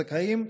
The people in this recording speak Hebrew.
לסיים.